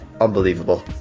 Unbelievable